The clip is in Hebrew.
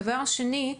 דבר שני: